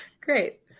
Great